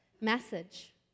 message